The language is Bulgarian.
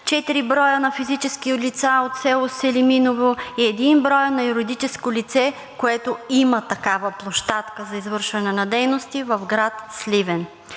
4 броя на физически лица от село Селиминово и 1 брой на юридическо лице, което има такава площадка за извършване на дейности в град Сливен.